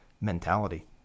mentality